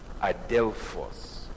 adelphos